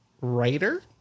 writer